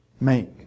Make